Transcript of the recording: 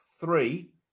three